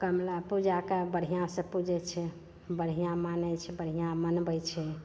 कमला पूजाकेँ बढ़िआँसे पुजै छै बढ़िआँ मानै छै बढ़िआँ मनबै छै